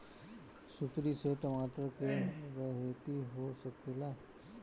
खुरपी से टमाटर के रहेती हो सकेला?